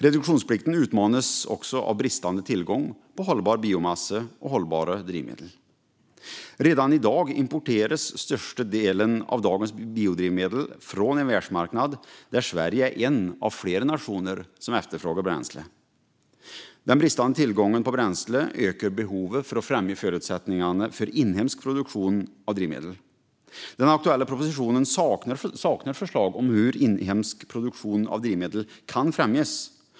Reduktionsplikten utmanas också av bristande tillgång på hållbar biomassa och hållbara drivmedel. Redan i dag importeras största delen av dagens biodrivmedel från en världsmarknad där Sverige är en av flera nationer som efterfrågar bränslet. Den bristande tillgången på bränsle ökar behovet av att främja förutsättningarna för inhemsk produktion av drivmedel. Den aktuella propositionen saknar förslag om hur inhemsk produktion av drivmedel kan främjas.